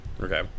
Okay